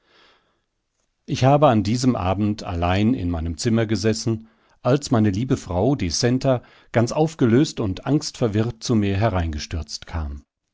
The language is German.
ich habe an diesem abend allein in meinem zimmer gesessen als meine liebe frau die centa ganz aufgelöst und angstverwirrt zu mir hereingestürzt kam